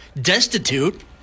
destitute